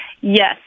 Yes